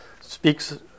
speaks